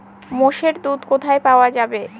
মোষের দুধ কোথায় পাওয়া যাবে?